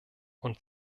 und